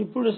ఇప్పుడు